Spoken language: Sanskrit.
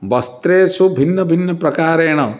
वस्त्रेषु भिन्नभिन्नप्रकारेण